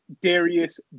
darius